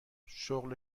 شغل